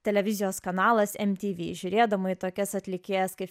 televizijos kanalas mtv žiūrėdama į tokias atlikėjas kaip